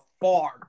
far